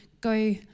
go